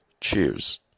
Cheers